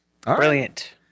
Brilliant